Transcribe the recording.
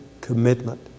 commitment